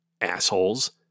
assholes